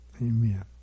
Amen